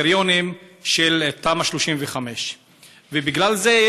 הקריטריונים של תמ"א 35. בגלל זה,